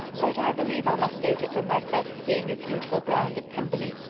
but i believe i must date it from my first seeing his beautiful grounds at pemberley.